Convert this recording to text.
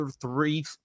three